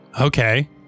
Okay